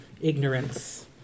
ignorance